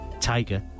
tiger